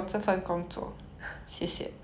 travel to japan